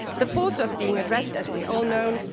the force of being addressed, as we all know,